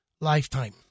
lifetime